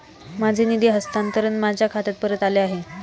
माझे निधी हस्तांतरण माझ्या खात्यात परत आले आहे